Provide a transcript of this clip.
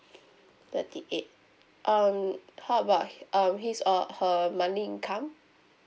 thirty eight um how about um his or her monthly income